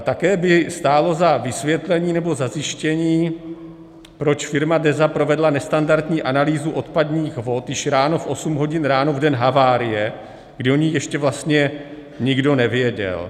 Také by stálo za vysvětlení nebo za zjištění, proč firma Deza provedla nestandardní analýzu odpadních vod již v 8 hodin ráno v den havárie, kdy o ní ještě vlastně nikdo nevěděl.